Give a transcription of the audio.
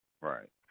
Right